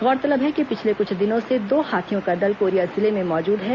गौरतलब है कि पिछले क्छ दिनों से दो हाथियों का दल कोरिया जिले में मौजूद है